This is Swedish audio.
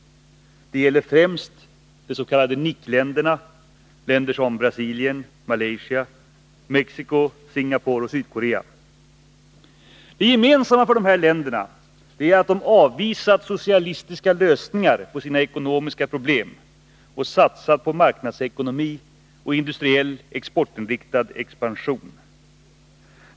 Det gäller främst de s.k. Nic-länderna, länder som Brasilien, Malaysia, Mexico, Singapore och Sydkorea. Det gemensamma för dessa länder är att de avvisat socialistiska lösningar på sina ekonomiska problem och satsat på marknadsekonomi och industriell, exportinriktad expansion.